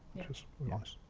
which is nice.